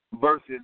versus